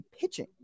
pitching